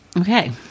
Okay